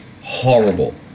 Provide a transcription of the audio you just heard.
horrible